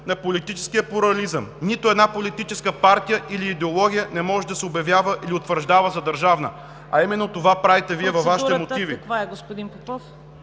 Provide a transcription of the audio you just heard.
е изтекло.) Приключвам. Нито една политическа партия или идеология не може да се обявява или утвърждава за държавна, а именно това правите във Вашите мотиви.